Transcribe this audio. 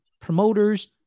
promoters